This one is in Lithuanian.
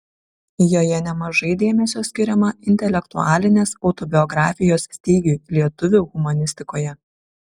joje nemažai dėmesio skiriama intelektualinės autobiografijos stygiui lietuvių humanistikoje